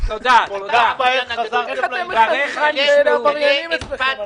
איך אתם מגדירים עבריינים אצלכם?